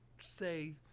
say